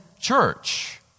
church